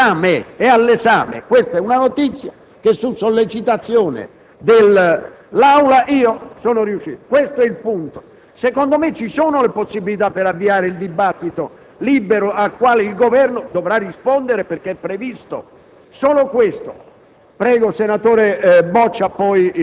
che il decreto non è stato respinto, è all'esame. È una notizia che, su sollecitazione dell'Aula, sono riuscito ad avere. Questo è il punto. Secondo me, ci sono tutte le possibilità per avviare un dibattito libero nel quale il Governo dovrà rispondere, essendo previsto.